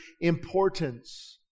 importance